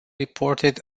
reported